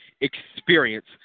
experience